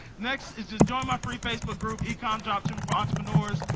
next is just join my free facebook group ecom dropshipping for entrepreneurs.